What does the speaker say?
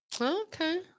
Okay